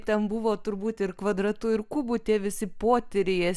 ten buvo turbūt ir kvadratu ir kubu tie visi potyriai juos